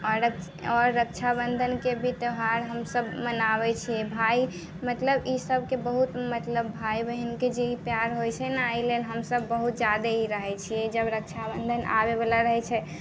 आओर रक आओर रक्षाबंधनके भी त्यौहार हम सभ मनाबै छियै भाइ मतलब ईसभके बहुत मतलब भाइ बहिनके जे ई प्यार होइ छै ने एहिके लेल हम सभ बहुत जादा ई रहै छियै जब रक्षाबंधन आबै बला रहै छै